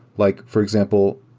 like, for example,